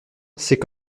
c’est